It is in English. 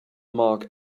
mark